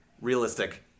realistic